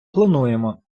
плануємо